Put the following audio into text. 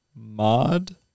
mod